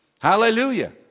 Hallelujah